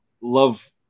love